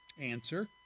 Answer